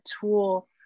tool